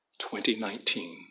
2019